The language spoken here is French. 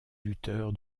lutteur